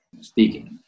speaking